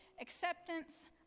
acceptance